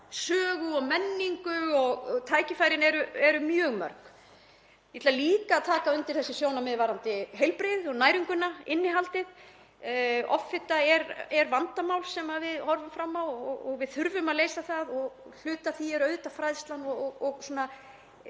sögu og menningu. Tækifærin eru mjög mörg. Ég ætla líka að taka undir þessi sjónarmið varðandi heilbrigði og næringu, innihaldið. Offita er vandamál sem við horfum fram á og við þurfum að leysa það. Hluti af því er auðvitað fræðsla og bara um